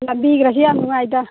ꯂꯝꯕꯤꯒꯁꯨ ꯌꯥꯝ ꯅꯨꯡꯉꯥꯏꯗ